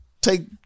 take